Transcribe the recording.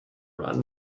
run